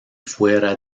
fuera